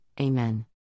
Amen